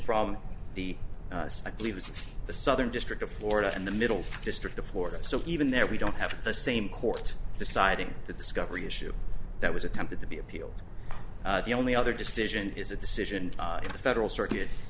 from the us i believe it's the southern district of florida and the middle district of florida so even there we don't have the same court deciding the discovery issue that was attempted to be appealed the only other decision is a decision in a federal circu